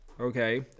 okay